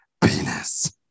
penis